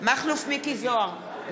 מכלוף מיקי זוהר,